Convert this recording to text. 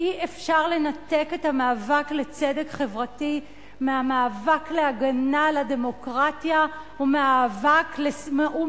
אי-אפשר לנתק את המאבק לצדק חברתי מהמאבק להגנה על הדמוקרטיה ומהמאבק